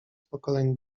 pokoleń